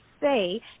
say